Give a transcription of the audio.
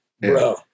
Bro